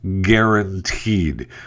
Guaranteed